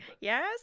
Yes